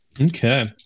Okay